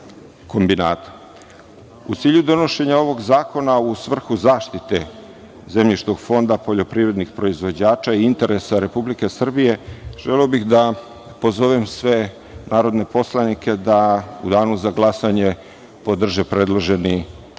cilju donošenja ovog zakona u svrhu zaštite zemljišnog fonda poljoprivrednih proizvođača i interesa Republike Srbije, želeo bih da pozovem sve narodne poslanike da u danu za glasanje podrže ovaj